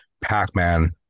Pac-Man